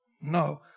no